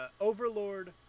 Overlord